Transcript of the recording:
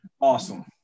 awesome